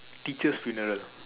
teacher's funeral